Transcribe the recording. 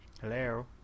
Hello